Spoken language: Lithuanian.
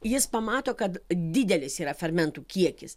jis pamato kad didelis yra fermentų kiekis